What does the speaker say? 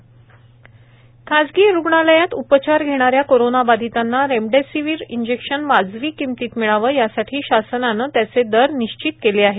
remdesivir injection खासगी रुग्णालयात उपचार घेणाऱ्या कोरोनाबाधितांना रेमडेसिविर इंजेक्शन वाजवी किंमतीत मिळावं यासाठी शासनानं त्याचे दर निश्चित केले आहेत